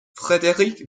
frédéric